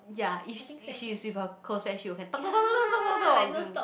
yea is if she is with her close friend she will can talk talk talk talk talk talk talk